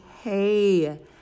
hey